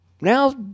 Now